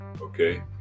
okay